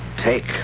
Take